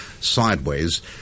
sideways